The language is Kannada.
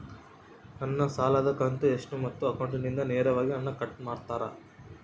ನನ್ನ ಸಾಲದ ಕಂತು ಎಷ್ಟು ಮತ್ತು ಅಕೌಂಟಿಂದ ನೇರವಾಗಿ ಹಣ ಕಟ್ ಮಾಡ್ತಿರಾ?